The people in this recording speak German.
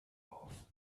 auf